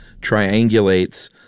triangulates